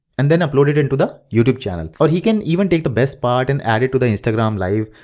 and then upload it it to the, youtube channel. or he can even take the best part and add it to the instagram live,